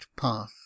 path